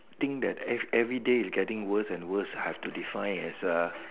think that if everyday is getting worse and worse I have to define as a